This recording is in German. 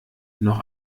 noch